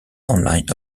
online